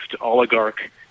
oligarch